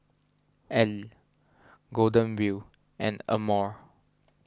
Elle Golden Wheel and Amore